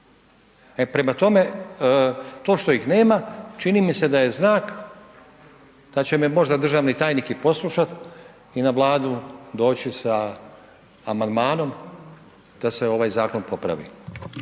E prema tome to što ih nema čini mi se da je znak da će me možda državni tajnik i poslušat i na Vladu doći sa amandmanom da se ovaj zakon popravi.